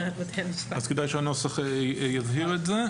כדאי שהנוסח יבהיר את זה.